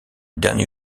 dernier